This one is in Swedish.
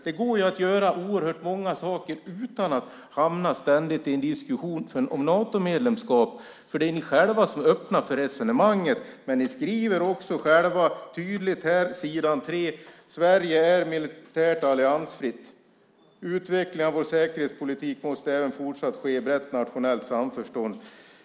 Det går att göra oerhört mycket utan att ständigt hamna i en diskussion om Natomedlemskap. Det är ni själva som öppnar för resonemanget. Ni skriver själva tydligt på s. 3 att Sverige är militärt alliansfritt och att utvecklingen av vår utrikespolitik fortsatt måste ske i brett nationellt samförstånd.